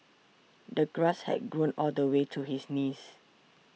the grass had grown all the way to his knees